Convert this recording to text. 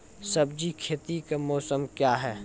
सब्जी खेती का मौसम क्या हैं?